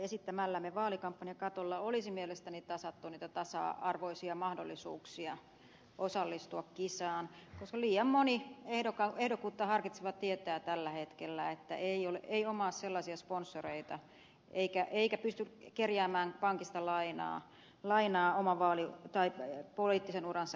esittämällämme vaalikampanjakatolla olisi mielestäni tasattu niitä tasa arvoisia mahdollisuuksia osallistua kisaan koska liian moni ehdokkuutta harkitseva tietää tällä hetkellä että ei omaa sellaisia sponsoreita eikä pysty kerjäämään pankista lainaa oman poliittisen uransa edistämiseen